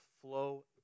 flow